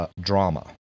drama